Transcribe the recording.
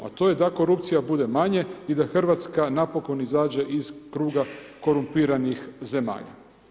A to je da korupcija bude manje i da Hrvatska napokon izađe iz kruga korumpiranih zemalja.